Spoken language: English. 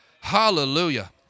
Hallelujah